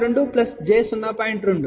2 j 0